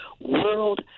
world